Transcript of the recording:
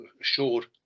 assured